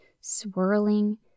swirling